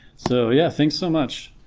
so yeah thanks so much